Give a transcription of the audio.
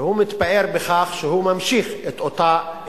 והוא מתפאר בכך שהוא ממשיך את אותה מדיניות.